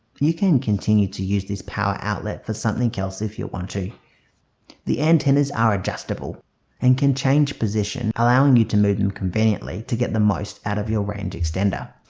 you can continue to use this power outlet for something else if you want to the antennas are adjustable and can change position allowing you to move them conveniently to get the most out of your range extender.